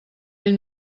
ell